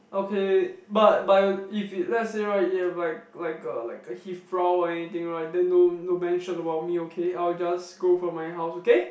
okay but but if he let's say right if he have like like a like a he frown or anything right then don't don't mention about me okay I'll just go from my house okay